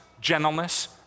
gentleness